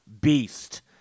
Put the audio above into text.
Beast